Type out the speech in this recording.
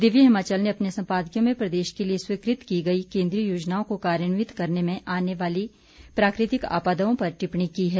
दिव्य हिमाचल ने अपने सम्पादकीय में प्रदेश के लिये स्वीकृत की गई केन्द्रीय योजनाओं को कार्यान्वित करने में आने वाली प्राकृतिक आपदाओं पर टिप्पणी की है